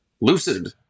lucid